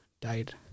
died